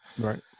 Right